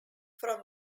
from